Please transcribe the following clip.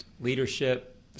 leadership